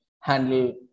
handle